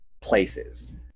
places